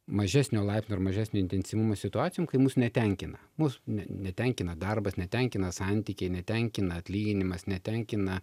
mažesnio laipsnio ar mažesnio intensyvumo situacijom kai mūsų netenkina mūsų netenkina darbas netenkina santykiai netenkina atlyginimas netenkina